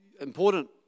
Important